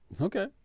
Okay